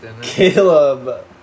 Caleb